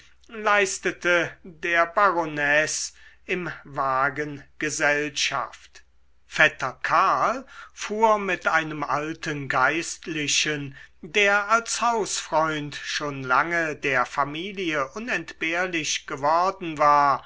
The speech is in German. leistete der baronesse im wagen gesellschaft vetter karl fuhr mit einem alten geistlichen der als hausfreund schon lange der familie unentbehrlich geworden war